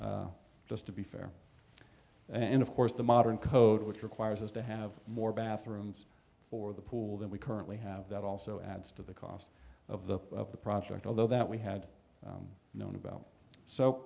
just to be fair and of course the modern code which requires us to have more bathrooms for the pool than we currently have that also adds to the cost of the of the project although that we had known about so